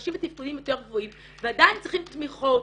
אנשים בתפקודים יותר גבוהים ועדיין צריכים תמיכות,